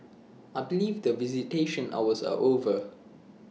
I believe the visitation hours are over